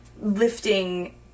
lifting